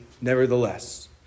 nevertheless